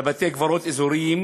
לבתי-קברות אזוריים,